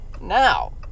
now